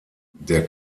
der